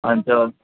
अनि त